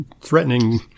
threatening